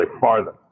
farther